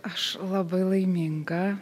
aš labai laiminga